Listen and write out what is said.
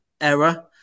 error